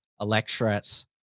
electorate